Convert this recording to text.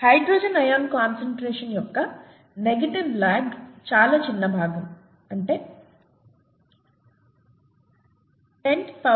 hydrogen ion concentration యొక్క negative log చాలా చిన్న భాగం అంటే 10 7 అందుకే దాని pH 7